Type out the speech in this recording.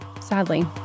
sadly